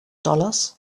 dollars